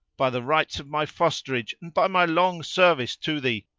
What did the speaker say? by the rights of my fosterage and by my long service to thee,